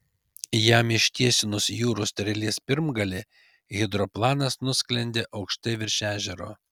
jam ištiesinus jūrų strėlės pirmgalį hidroplanas nusklendė aukštai virš ežero